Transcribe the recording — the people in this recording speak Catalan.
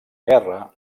guerra